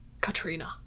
Katrina